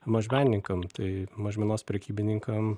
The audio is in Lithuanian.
mažmenininkam tai mažmenos prekybininkam